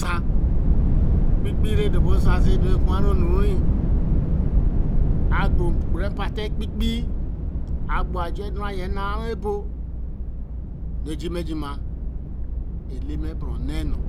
pie pie re dor bo nsan mu re ku wa re o nu re. a gbo egbare pa ta e píe-pie. a gbo aj̄or enu ne yen e naā ru bor. re jima jima eleme bara onne nu